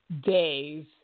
days